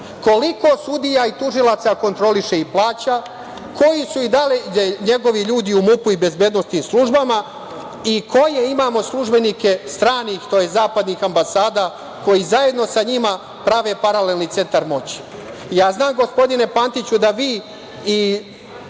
Koliko sudija i tužilaca kontroliše i plaća? Koji su i dalje njegovi ljudi u MUP-u i bezbednosnim službama i koje imamo službenike stranih, tj. zapadnih ambasada koji zajedno sa njima prave paralelni centar moći? Znam, gospodine Pantiću, da vi i